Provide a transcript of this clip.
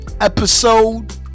episode